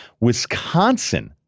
Wisconsin